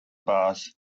bars